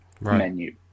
menu